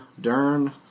Dern